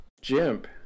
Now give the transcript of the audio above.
Jimp